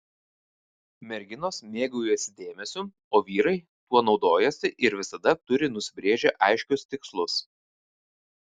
merginos mėgaujasi dėmesiu o vyrai tuo naudojasi ir visada turi nusibrėžę aiškius tikslus